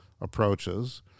approaches